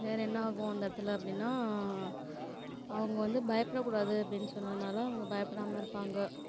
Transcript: வேறு என்னாகும் அந்த இடத்துல அப்படின்னா அவங்க வந்து பயப்பட கூடாது அப்டின்னு சொன்னதினால அவங்க பயப்படாம இருப்பாங்க